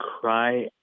cry